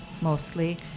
mostly